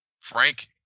Frank